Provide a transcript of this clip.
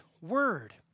word